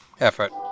effort